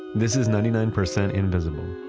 this is ninety nine percent invisible.